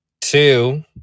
Two